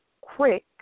quick